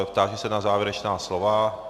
Táži se na závěrečná slova.